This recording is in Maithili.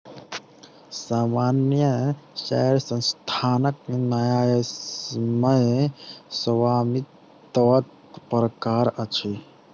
सामान्य शेयर संस्थानक न्यायसम्य स्वामित्वक प्रकार अछि